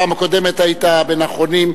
בפעם הקודמת היית בין האחרונים.